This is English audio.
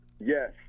yes